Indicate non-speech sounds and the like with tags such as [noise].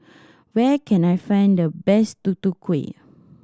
[noise] where can I find the best Tutu Kueh